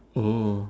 oh